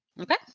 Okay